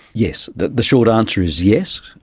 yes, the the short answer is yes.